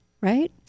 right